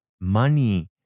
money